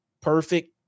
perfect